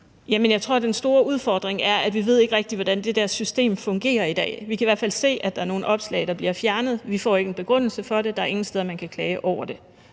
jeg tror, at den store udfordring er, at vi ikke rigtig ved, hvordan det der system fungerer i dag. Vi kan i hvert fald se, at der er nogle opslag, der bliver fjernet. Vi får ikke en begrundelse for det, og der er ingen steder, man kan klage over det